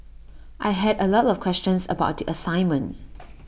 I had A lot of questions about the assignment